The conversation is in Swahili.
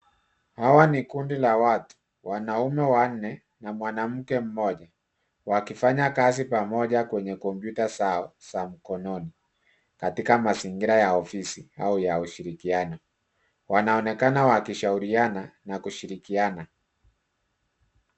Hawa ni kundi la watu wanaume wanne na mwanamke mmoja wakifanya kazi pamoja kwenye kompyuta zao za mkononi katika mazingira ya ofisi au ushirikiano, wanaonekana wakishaurisna na kushirikiana,.